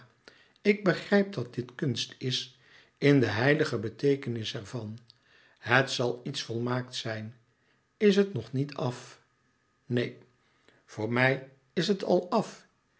ik begrijp dat dit kunst is in de heilige beteekenis ervan het zal iets volmaakts zijn is het nog niet af neen voor mij is het al af